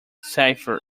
cipher